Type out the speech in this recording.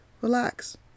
relax